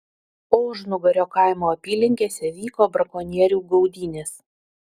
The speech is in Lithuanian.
ožnugario kaimo apylinkėse vyko brakonierių gaudynės